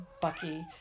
Bucky